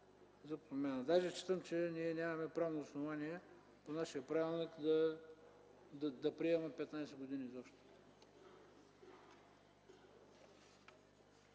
за промяна. Даже считам, че ние нямаме правно основание по нашия правилник да приемаме 15 години изобщо.